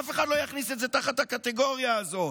אף אחד לא יכניס את זה תחת הקטגוריה הזאת.